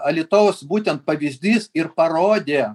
alytaus būtent pavyzdys ir parodė